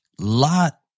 Lot